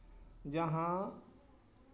ᱡᱟᱦᱟᱸ